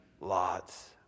lots